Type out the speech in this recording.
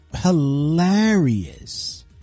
hilarious